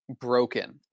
broken